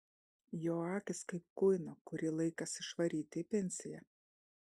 jo akys kaip kuino kurį laikas išvaryti į pensiją